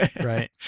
Right